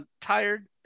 Tired